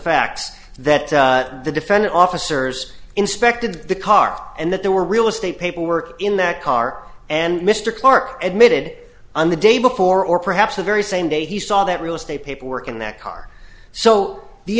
facts that the defendant officers inspected the car and that there were real estate paperwork in that car and mr clark admitted on the day before or perhaps the very same day he saw that real estate paperwork in that car so the